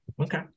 Okay